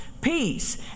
peace